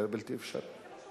זה בלתי אפשרי.